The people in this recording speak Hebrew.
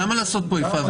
למה לעשות פה איפה ואיפה?